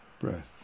breath